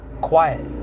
Quiet